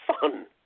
fun